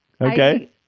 Okay